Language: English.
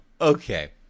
Okay